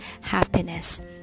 happiness